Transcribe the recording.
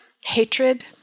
hatred